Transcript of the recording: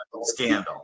scandal